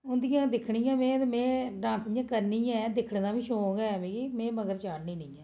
उंदियां दिक्खनी में ते में डांस बी करनियां में दिक्खने दा बी शौक ऐ मिगी में मगर चाढ़नी नीं ऐ